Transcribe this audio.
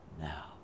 now